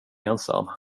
ensam